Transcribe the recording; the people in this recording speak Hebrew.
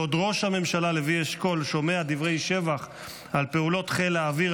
בעוד ראש הממשלה לוי אשכול שומע דברי שבח על פעולות חיל האוויר,